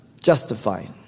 justified